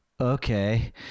Okay